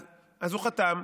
אז הוא חתם.